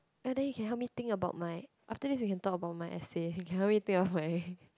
ya then he can help me think about my after this you can talk about my essay you cannot make things of my